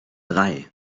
drei